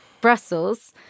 Brussels